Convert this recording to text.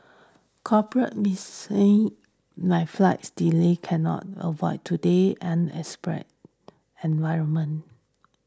corporate like flight delay cannot avoided today and express environment